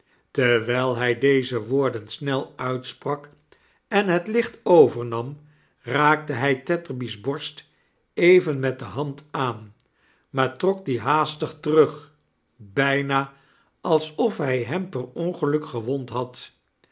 terwijl hij deze woorden snel uitsprak en het licht overnam raakte hq tetterby's borst even met de hand aan maar trok die haastig terug bijna alsof hq hem bij ongeluk gewond had